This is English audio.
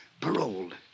Paroled